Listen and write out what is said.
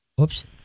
oops